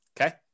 Okay